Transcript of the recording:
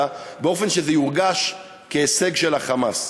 באופן שזה יורגש כהישג של ה"חמאס".